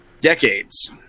decades